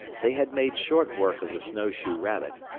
they had made short work of the snowshoe rabbit,